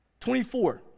24